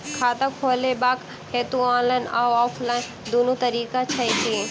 खाता खोलेबाक हेतु ऑनलाइन आ ऑफलाइन दुनू तरीका छै की?